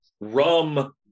Rum